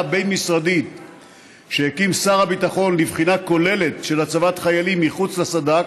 הבין-משרדית שהקים שר הביטחון לבחינה כוללת של הצבת חיילים מחוץ לסד"כ,